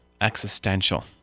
existential